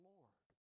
Lord